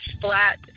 flat